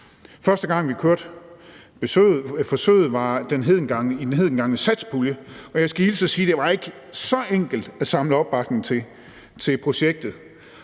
Første gang vi kørte forsøget, var med den hedengangne satspulje, og jeg skal hilse og sige, at det ikke var så enkelt at samle opbakning til projektet.